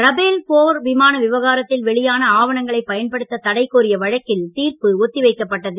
Rafale போர் விமான விவகாரத்தில் வெளியான ஆவணங்களை பயன்படுத்த தடைக் கோரிய வழக்கில் தீர்ப்பு ஒத்தி வைக்கப்பட்டது